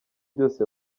bose